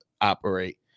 operate